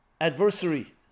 adversary